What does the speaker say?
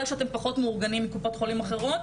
שאתם פחות מאורגנים מקופות חולים אחרות,